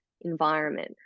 environment